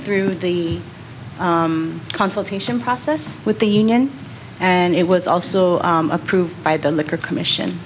through the consultation process with the union and it was also approved by the liquor commission